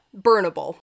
burnable